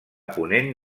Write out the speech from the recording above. ponent